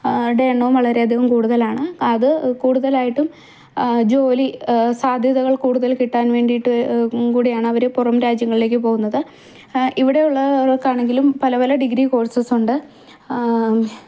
എണ്ണം വളരെ അധികം കൂടുതലാണ് അത് കൂടുതലായിട്ടും ജോലി സാധ്യതകൾ കൂടുതൽ കിട്ടാൻ വേണ്ടിയിട്ടും കൂടെയാണ് അവരും പുറംരാജ്യങ്ങളിലേക്ക് പോകുന്നത് ഇവിടെ ഉള്ളവർക്ക് ആണെങ്കിലും പല പല ഡിഗ്രി കോഴ്സസ് ഉണ്ട്